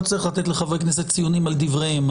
לא צריך לתת לחברי הכנסת ציונים על דבריהם,